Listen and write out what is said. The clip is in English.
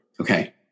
Okay